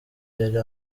yari